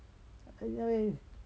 eh